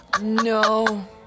No